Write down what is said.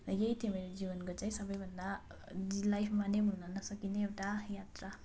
यही थियो मेरो जीवनको चाहिँ सबैभन्दा लाइफमा नै भुल्न नसकिने एउटा यात्रा